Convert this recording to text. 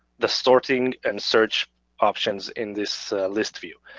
the sorting and search options in this list view.